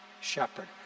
shepherd